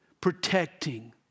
protecting